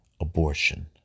abortion